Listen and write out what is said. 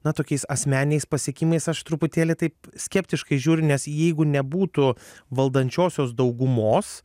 na tokiais asmeniniais pasiekimais aš truputėlį taip skeptiškai žiūriu nes jeigu nebūtų valdančiosios daugumos